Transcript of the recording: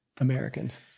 Americans